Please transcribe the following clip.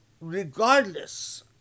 Regardless